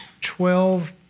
twelve